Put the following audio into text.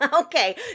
Okay